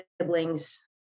siblings